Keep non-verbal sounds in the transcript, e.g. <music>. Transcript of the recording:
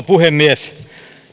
<unintelligible> puhemies